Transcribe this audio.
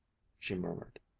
she murmured.